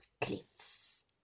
cliffs